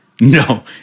no